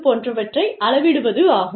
போன்றவற்றை அளவிடுவது ஆகும்